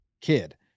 kid